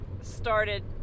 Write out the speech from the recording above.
started